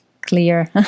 clear